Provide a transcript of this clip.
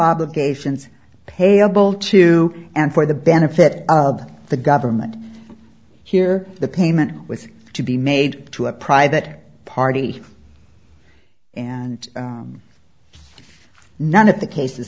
obligations payable to and for the benefit of the government here the payment was to be made to a private party and none of the cases